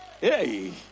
Hey